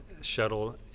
shuttle